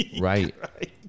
Right